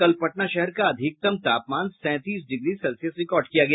कल पटना शहर का अधिकतम तापमान सैंतीस डिग्री सेल्सियस रिकार्ड किया गया